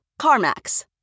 CarMax